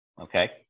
Okay